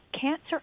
Cancer